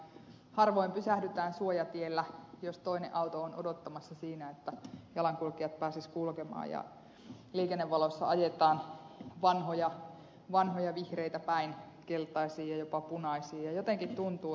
harvoin pysähdytään suojatiellä jos toinen auto on odottamassa siinä että jalankulkijat pääsisivät kulkemaan ja liikennevaloissa ajetaan vanhoja vihreitä päin keltaisia ja jopa punaisia päin